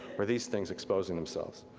were these things exposing themselves.